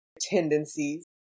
tendencies